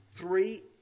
three